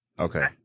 Okay